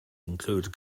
include